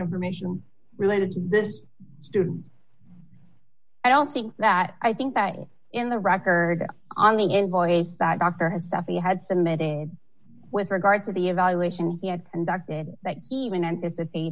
information related to this student i don't think that i think that in the record on the invoice that doctor has stuff he had submitted with regard to the evaluation